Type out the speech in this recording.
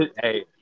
hey